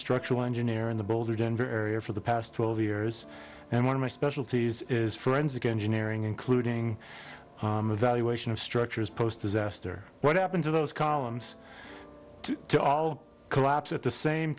structural engineer in the boulder denver area for the past twelve years and one of my specialties is forensic engineering including valuation of structures post disaster what happened to those columns to all collapse at the same